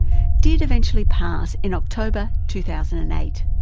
did eventually pass, in october two thousand and eight.